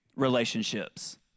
relationships